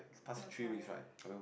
no time